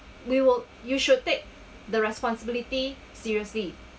we will you should take the responsibility seriously